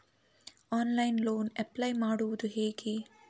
Online loan apply ಮಾಡುವುದು ಹೇಗೆ?